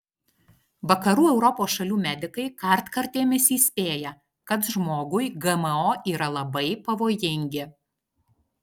vakarų europos šalių medikai kartkartėmis įspėja kad žmogui gmo yra labai pavojingi